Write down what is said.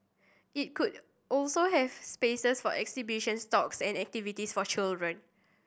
it could also have spaces for exhibitions talks and activities for children